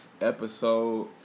episode